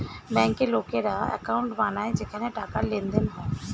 ব্যাংকে লোকেরা অ্যাকাউন্ট বানায় যেখানে টাকার লেনদেন হয়